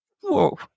Whoa